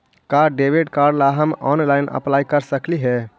का debit card ला हम ऑनलाइन अप्लाई कर सकली हे?